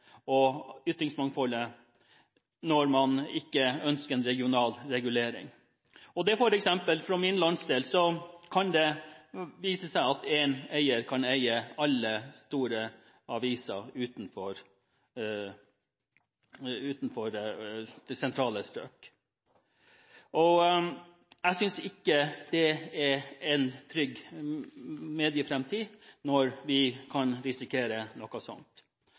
og ytringsmangfoldet når man ikke ønsker en regional regulering. For min landsdel f.eks. kan det vise seg at én eier kan eie alle store aviser utenfor de sentrale strøk. Jeg synes ikke at det er en trygg medieframtid når vi kan risikere noe sånt.